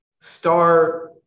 Start